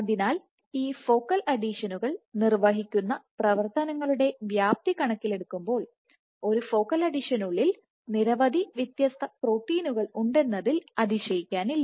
അതിനാൽ ഈ ഫോക്കൽ അഡീഷനുകൾ നിർവ്വഹിക്കുന്ന പ്രവർത്തനങ്ങളുടെ വ്യാപ്തി കണക്കിലെടുക്കുമ്പോൾ ഒരു ഫോക്കൽ അഡീഷനുള്ളിൽ നിരവധി വ്യത്യസ്ത പ്രോട്ടീനുകൾ ഉണ്ടെന്നതിൽ അതിശയിക്കാനില്ല